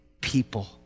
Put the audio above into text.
people